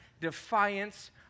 defiance